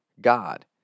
God